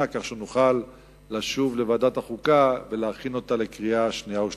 כדי שנוכל לשוב לוועדת החוקה ולהכין אותה לקריאה שנייה ושלישית.